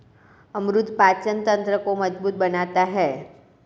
अमरूद पाचन तंत्र को मजबूत बनाता है